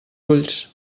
ulls